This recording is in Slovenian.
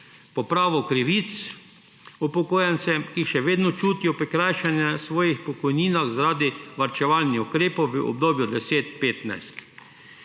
popravo krivic upokojencev, ki se še vedno čutijo prikrajšane pri svojih pokojninah zaradi varčevalnih ukrepov v obdobju 2010−2015,